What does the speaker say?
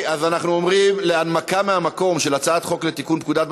אנחנו עוברים להצעת חוק ההוצאה לפועל (תיקון,